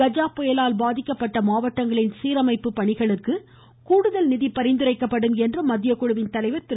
கஜா புயலால் பாதிக்கப்பட்ட மாவட்டங்களின் சீரமைப்பு பணிகளுக்கு கூடுதல் நிதி பரிந்துரைக்கப்படும் என்று மத்திய குழுவின் தலைவர் திரு